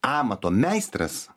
amato meistras